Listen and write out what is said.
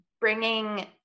bringing